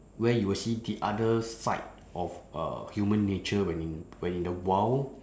where you will see the other side of uh human nature when in when in the wild